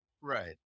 right